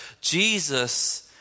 Jesus